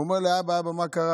והוא אומר לאבא: אבא, מה קרה הפעם?